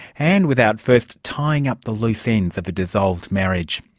and without first tying up the loose ends of a dissolved marriage.